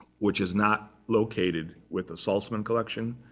which is not located with the saltzman collection.